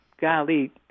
golly